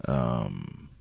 um,